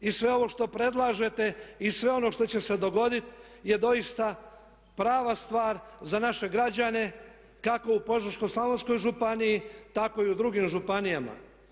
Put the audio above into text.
I sve ovo što predlažete i sve ono što će se dogoditi je doista prava stvar za naše građane kako u Požeško-slavonskoj županiji, tako i u drugim županijama.